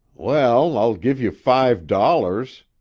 well, i'll give you five dollars